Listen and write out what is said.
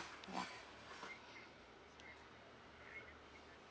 ya